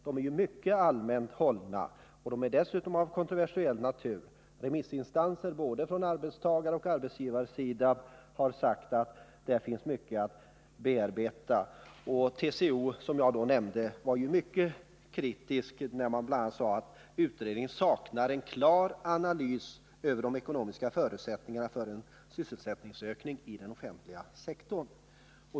Förslagen är mycket allmänt hållna, och de är dessutom av kontroversiell natur. Remissinstanser, från både arbetstagaroch arbetsgivarsidan, har sagt att i utredningen finns mycket att bearbeta. TCO var, som jag nämnde, kritisk och sade bl.a. att utredningen saknar en klar analys över de ekonomiska förutsättningarna för en sysselsättningsökning i den offentliga sektorn.